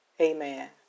Amen